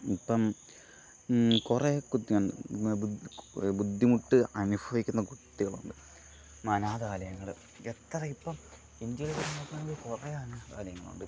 ഇപ്പം കുറേ കുട്ടിയുണ്ട് ബുദ്ധിമുട്ട് അനുഭവിക്കുന്ന കുട്ടികളുണ്ട് അനാഥാലയങ്ങൾ എത്ര ഇപ്പം ഇന്ത്യയിൽ നോക്കുകയാണെങ്കിൽ കുറേ അനാഥാലയങ്ങളുണ്ട് ഇപ്പം